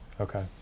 Okay